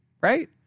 right